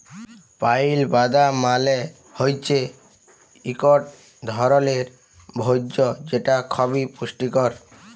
pile বাদাম মালে হৈচ্যে ইকট ধরলের ভোজ্য যেটা খবি পুষ্টিকর